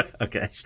okay